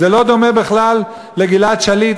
זה לא דומה בכלל לעניין גלעד שליט,